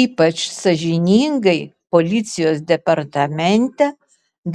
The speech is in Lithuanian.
ypač sąžiningai policijos departamente